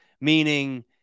meaning